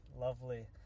lovely